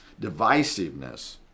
divisiveness